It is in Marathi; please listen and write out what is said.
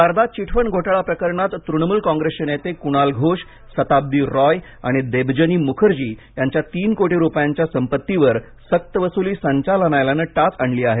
सारदा चिट फंड घोटाळा प्रकरणात तृणमूल कॉंग्रैसचे नेते कुणाल घोष सताब्दी रॉय आणि देबजनी मुखर्जी यांच्या तीन कोटी रुपयांच्या संपत्तीवर सक्तवसूली संचालनालयाने टाच आणली आहे